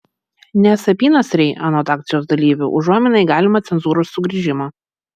nes apynasriai anot akcijos dalyvių užuomina į galimą cenzūros sugrįžimą